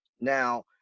Now